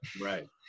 right